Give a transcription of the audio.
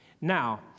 now